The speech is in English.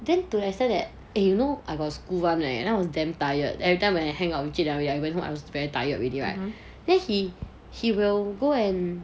then to accept that eh you know I got school one leh then I was damn tired everytime when I hang out with 俊梁 really I went home I was very tired already right then he he will go and